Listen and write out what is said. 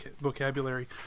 vocabulary